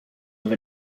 have